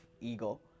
Eagle